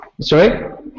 Sorry